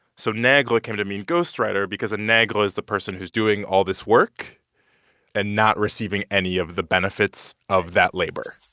so negre came to mean ghostwriter because a negre is the person who's doing all this work and not receiving any of the benefits of that labor.